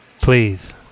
Please